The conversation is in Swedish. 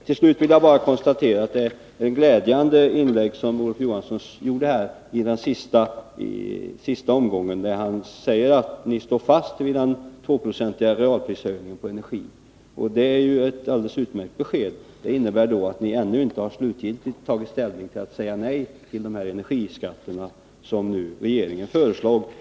Till slut vill jag bara konstatera att Olof Johanssons senaste inlägg var glädjande. Han säger att centern står fast vid den 2-procentiga realprisökningen på energin. Det är ett alldeles utmärkt besked. Det innebär att ni ännu inte slutgiltigt har bestämt er för att säga nej till de energiskatter som regeringen nu har föreslagit.